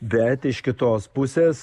bet iš kitos pusės